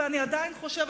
ואני עדיין חושבת,